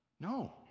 No